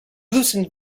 loosened